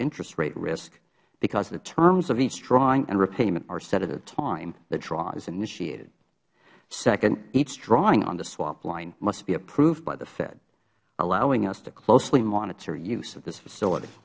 interest rate risk because the terms of each drawing and repayment are set the time the draw is initiated second each drawing on the swap line must be approved by the fed allowing us to closely monitor use of this facility